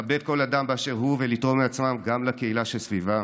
לכבד כל אדם באשר הוא ולתרום מעצמם גם לקהילה שסביבם,